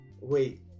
wait